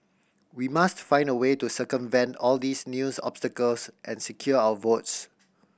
we must find a way to circumvent all these news obstacles and secure our votes